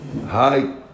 Hi